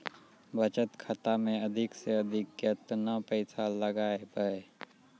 बचत खाता मे अधिक से अधिक केतना पैसा लगाय ब?